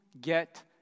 get